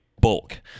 bulk